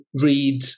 read